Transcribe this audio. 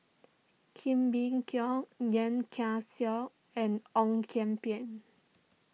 Kee Bee Khim Yeo Kian and Ong Kian Peng